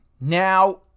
now